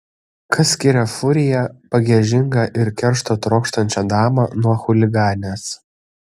kas skiria furiją pagiežingą ir keršto trokštančią damą nuo chuliganės